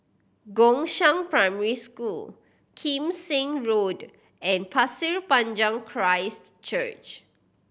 Gongshang Primary School Kim Seng Road and Pasir Panjang Christ Church